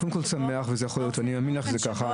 קודם כול, אני שמח ואני מאמין לך שזה ככה.